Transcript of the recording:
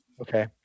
Okay